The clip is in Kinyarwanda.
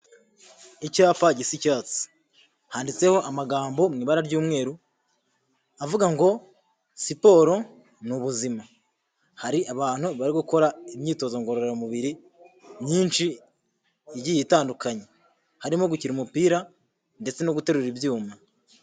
Icyapa gisi icyatsi handitseho amagambo mu ibara ry'umweru avuga ngo siporo ni ubuzima, hari abantu bari gukora imyitozo ngororamubiri myinshi igiye itandukanye harimo gukina umupira ndetse no guterura ibyuma.